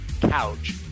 couch